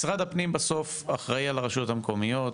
משרד הפנים בסוף אחראי על הרשויות המקומיות,